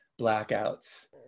blackouts